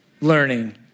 learning